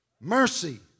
Mercy